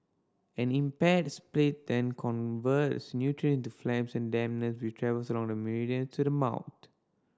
an impaired spleen then converts nutrient into phlegm and dampness which travel along the meridian to the mouth